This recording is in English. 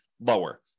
lower